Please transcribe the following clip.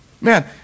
Man